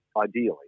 Ideally